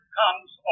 comes